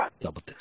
Double